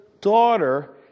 daughter